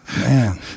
Man